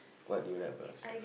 what do you like most